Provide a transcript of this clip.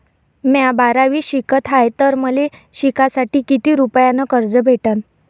म्या बारावीत शिकत हाय तर मले शिकासाठी किती रुपयान कर्ज भेटन?